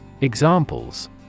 Examples